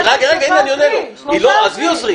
אם אני מוציא